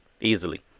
easily